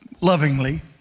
lovingly